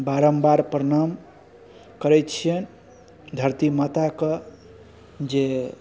बारम्बार प्रणाम करै छिअनि धरती माताके जे